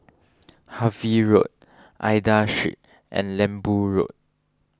Harvey Road Aida Street and Lembu Road